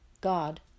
God